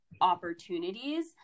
opportunities